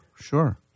sure